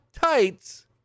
tights